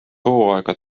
hooaega